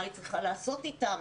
מה היא צריכה לעשות איתם,